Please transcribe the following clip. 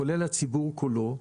כולל הציבור כולו,